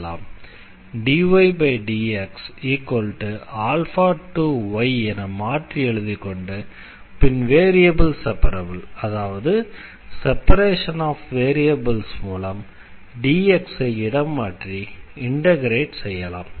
dydx2y என மாற்றி எழுதிக் கொண்டு பின் வேரியபிள் செப்பரபிள் அதாவது செப்பரேஷன் ஆஃப் வேரியபிள்ஸ் மூலம் dx ஐ இடம் மாற்றி இண்டக்ரேட் செய்யலாம்